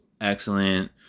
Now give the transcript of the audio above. excellent